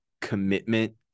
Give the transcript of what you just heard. commitment